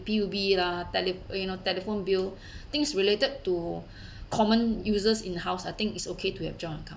P_U_B lah tele you know telephone bill things related to common uses in house I think it's okay to have joint account